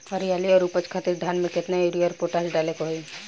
हरियाली और उपज खातिर धान में केतना यूरिया और पोटाश डाले के होई?